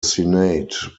senate